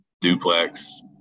Duplex